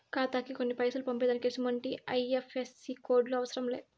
ఖాతాకి కొన్ని పైసలు పంపేదానికి ఎసుమంటి ఐ.ఎఫ్.ఎస్.సి కోడులు అవసరం లే